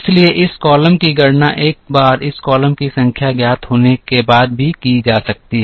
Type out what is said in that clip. इसलिए इस कॉलम की गणना एक बार इस कॉलम की संख्या ज्ञात होने के बाद भी की जा सकती है